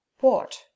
What